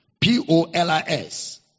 P-O-L-I-S